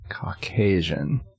Caucasian